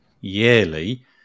yearly